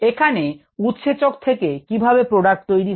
এখানে উৎসেচক থেকে কিভাবে প্রোডাক্ট তৈরি হয়